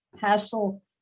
hassle